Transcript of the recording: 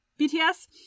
bts